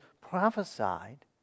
prophesied